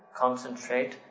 concentrate